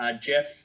Jeff